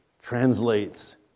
translates